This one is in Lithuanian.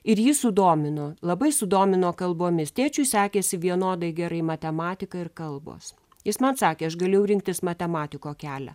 ir jį sudomino labai sudomino kalbomis tėčiui sekėsi vienodai gerai matematika ir kalbos jis man sakė aš galėjau rinktis matematiko kelią